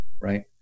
right